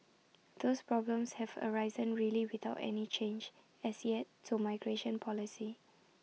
those problems have arisen really without any change as yet to migration policy